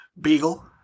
Beagle